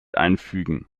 einfügen